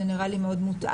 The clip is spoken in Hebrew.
זה נראה לי מאוד מותאם.